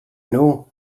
know